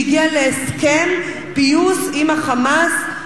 שהגיעה להסכם פיוס עם ה"חמאס",